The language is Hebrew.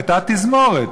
הייתה תזמורת.